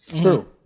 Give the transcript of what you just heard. True